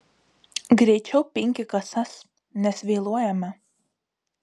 greičiau pinki kasas nes vėluojame